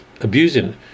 abusing